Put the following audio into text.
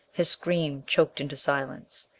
his scream choked into silence.